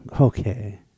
Okay